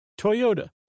Toyota